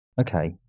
Okay